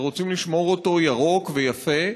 ורוצים לשמור אותו ירוק ויפה.